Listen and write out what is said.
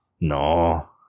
No